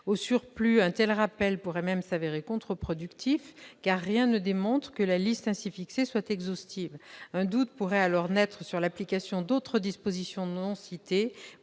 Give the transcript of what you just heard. Au surplus, un tel rappel pourrait même s'avérer contre-productif, car rien ne démontre que la liste ainsi fixée soit exhaustive. Un doute pourrait alors naître sur l'application d'autres dispositions non citées